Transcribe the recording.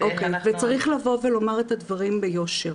איך אנחנו --- צריך לבוא ולומר את הדברים ביושר.